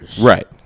right